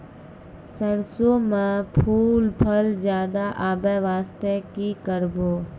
सरसों म फूल फल ज्यादा आबै बास्ते कि करबै?